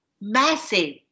massive